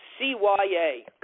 CYA